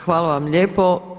Hvala vam lijepo.